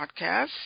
Podcast